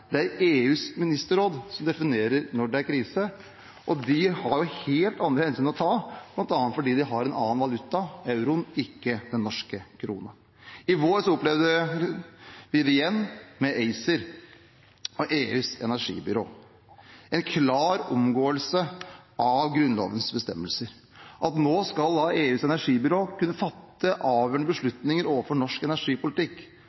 Det er EUs ministerråd som definerer når det er krise, og de har helt andre hensyn å ta, bl.a. fordi de har en annen valuta – euroen og ikke den norske krona. I vår opplevde vi det igjen, med ACER, EUs energibyrå – en klar omgåelse av Grunnlovens bestemmelser. Nå skal EUs energibyrå kunne fatte avgjørende